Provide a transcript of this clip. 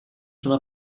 sono